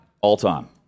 All-time